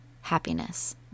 happiness